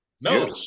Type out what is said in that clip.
No